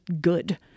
good